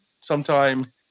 sometime